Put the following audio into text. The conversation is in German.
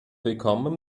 willkommen